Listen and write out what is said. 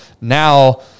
now